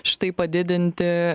štai padidinti